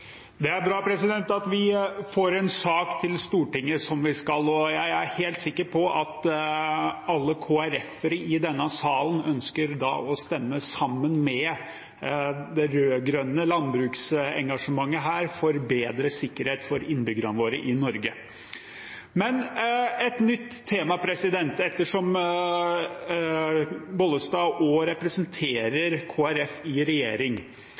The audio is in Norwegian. Det er bra at vi får en sak til Stortinget, som vi skal. Jeg er helt sikker på at alle KrF-ere i denne salen ønsker å stemme i samsvar med det rød-grønne landbruksengasjementet her for bedre sikkerhet for innbyggerne våre i Norge. Et nytt tema – ettersom statsråd Bollestad også representerer Kristelig Folkeparti i regjering: